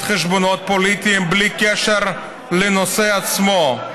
חשבונות פוליטיים בלי קשר לנושא עצמו.